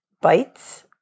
bites